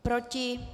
Proti?